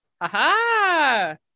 aha